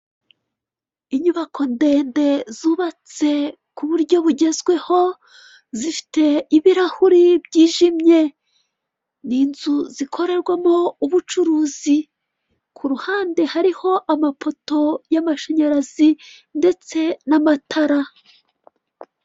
Inyubako ndende zubatse ku buryo bugezweho, zifite ibirahuri byijimye. Ni inzu zikorerwamo ubucuruzi. Kuruhande hariho amapoto y'amashanyarazi, ndetse n'amatara.